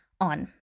on